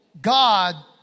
God